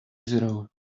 zero